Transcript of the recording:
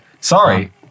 Sorry